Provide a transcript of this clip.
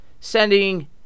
sending